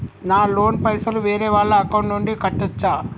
నా లోన్ పైసలు వేరే వాళ్ల అకౌంట్ నుండి కట్టచ్చా?